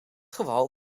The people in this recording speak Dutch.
geval